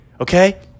Okay